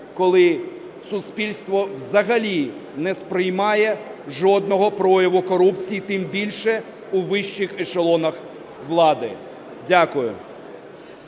коли суспільство взагалі не сприймає жодного прояву корупції, тим більше у вищих ешелонах влади. Дякую.